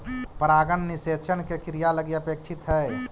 परागण निषेचन के क्रिया लगी अपेक्षित हइ